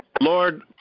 Lord